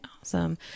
awesome